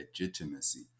legitimacy